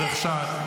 רק אני מבקשת,